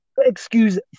Excuse